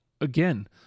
again